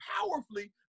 powerfully